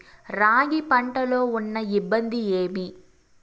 రాగి పంటలో ఉన్న ఇబ్బంది ఏమి?